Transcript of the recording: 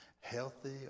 healthy